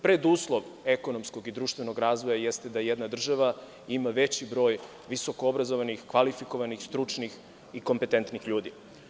Preduslov ekonomskog i društvenog razvoja jeste da jedna država ima veći broj visoko obrazovanih, kvalifikovanih, stručnih i kompetentnih ljudi.